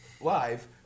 live